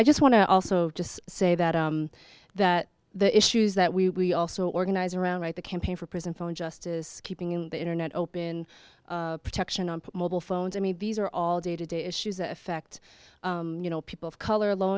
i just want to also just say that that the issues that we also organize around right the campaign for prison phone justice keeping in the internet open protection on mobile phones i mean these are all day to day issues that affect you know people of color low